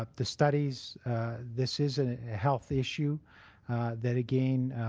ah the studies this is a health issue that, again,